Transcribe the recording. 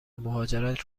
مهاجرت